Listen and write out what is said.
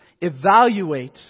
evaluate